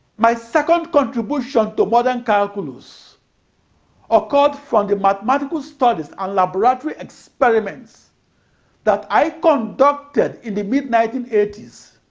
my second contribution to modern calculus occurred from the mathematical studies and laboratory experiments that i conducted in the mid nineteen eighty s.